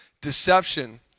Deception